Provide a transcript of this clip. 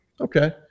Okay